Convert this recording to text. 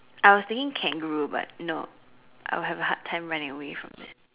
I was thinking kangaroo but no I'll have a hard time running away from it